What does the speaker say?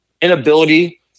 inability